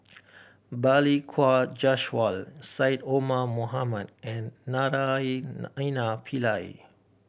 Balli Kaur Jaswal Syed Omar Mohamed and Naraina Pillai